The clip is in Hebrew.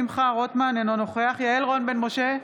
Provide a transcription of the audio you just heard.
רוטמן, אינו נוכח יעל רון בן משה,